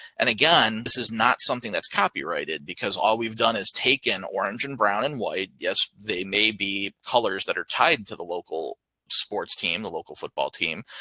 and again, this is not something that's copyrighted because all we've done is taken orange and brown and white. they may be colors that are tied to the local sports team, the local football team.